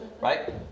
Right